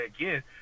again